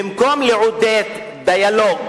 במקום לעודד דיאלוג